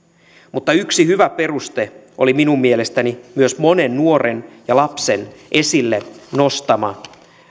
mutta yksi hyvä peruste oli minun mielestäni myös monen nuoren ja lapsen esille nostama